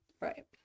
Right